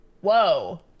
Whoa